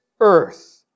earth